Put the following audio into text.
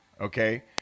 Okay